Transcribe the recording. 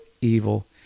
evil